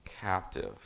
captive